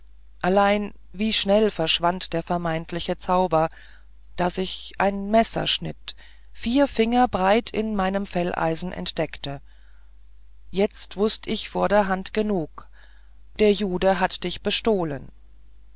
allein wie schnell verschwand der vermeintliche zauber da sich ein messerschnitt vier finger breit in meinem felleisen entdeckte jetzt wußt ich vorderhand genug der jude hat dich bestohlen